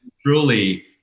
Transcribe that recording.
truly